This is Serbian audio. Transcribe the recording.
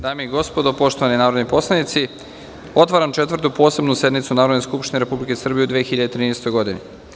dame i gospodo, poštovani narodni poslanici, otvaram Četvrtu posebnu sednicu Narodne skupštine Republike Srbije u 2013. godini.